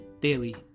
Daily